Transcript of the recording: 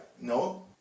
No